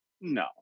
No